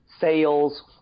sales